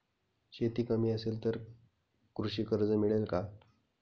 शेती कमी असेल तर कृषी कर्ज मिळेल का?